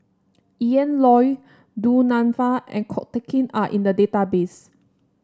Ian Loy Du Nanfa and Ko Teck Kin are in the database